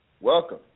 welcome